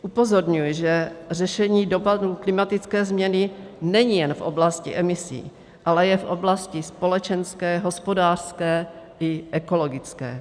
Upozorňuji, že řešení dopadů klimatické změny není jen v oblasti emisí, ale je v oblasti společenské, hospodářské i ekologické.